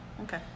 Okay